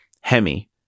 Hemi